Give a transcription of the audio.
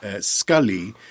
Scully